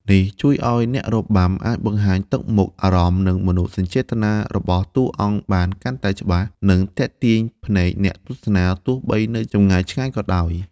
នេះជួយឲ្យអ្នករបាំអាចបង្ហាញទឹកមុខ អារម្មណ៍ និងមនោសញ្ចេតនារបស់តួអង្គបានកាន់តែច្បាស់ និងទាក់ទាញភ្នែកអ្នកទស្សនាទោះបីនៅចម្ងាយឆ្ងាយក៏ដោយ។